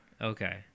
Okay